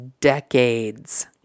decades